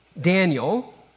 Daniel